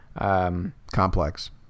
complex